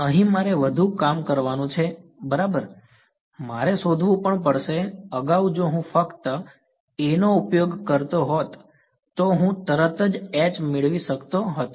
અહીં મારે વધુ કામ કરવાનું છે બરાબર મારે શોધવું પણ પડશે અગાઉ જો હું ફક્ત A નો ઉપયોગ કરતો હોત તો હું તરત જ H મેળવી શકતો હતો